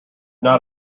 not